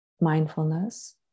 mindfulness